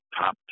top